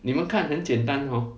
你们看很简单 hor